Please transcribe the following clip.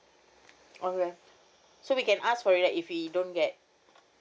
alright so we can ask for it right if we don't get